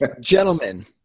gentlemen